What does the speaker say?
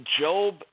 Job